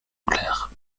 clair